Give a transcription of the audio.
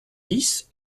dix